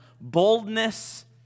boldness